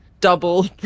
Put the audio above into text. double